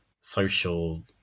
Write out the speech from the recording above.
social